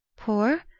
poor?